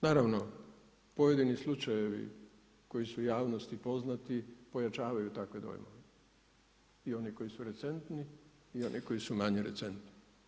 Naravno, pojedini slučajevi koji su javnosti poznati pojačavaju takve dojmove i oni koji su recentni i oni koji su manje recentni.